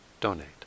donate